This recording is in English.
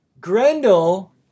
Grendel